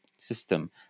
system